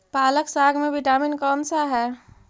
पालक साग में विटामिन कौन सा है?